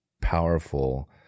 powerful